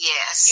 Yes